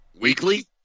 Weekly